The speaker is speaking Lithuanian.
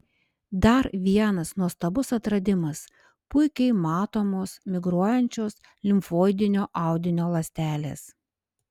dar vienas nuostabus atradimas puikiai matomos migruojančios limfoidinio audinio ląstelės